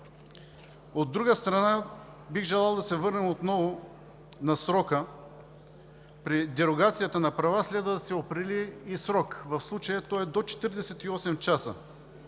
От друга страна, бих желал да се върнем отново на срока. При дерогацията на права следва да се определи и срокът, а в случая той е до 48 часа.